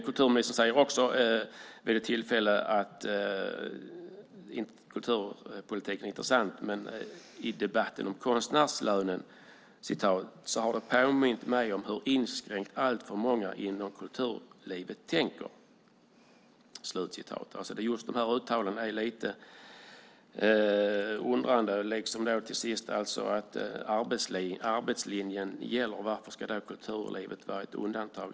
Kulturministern har vid ett tillfälle sagt att kulturpolitiken är intressant, att i debatten om konstnärslönen har den påmint henne om hur inskränkt alltför många inom kulturlivet tänker. Dessa uttalanden gör mig undrande. Dessutom har kulturministern sagt att arbetslinjen gäller. Varför ska då kulturlivet vara ett undantag?